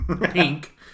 pink